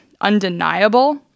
undeniable